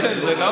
כן, גם זה נכון.